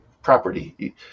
property